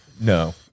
No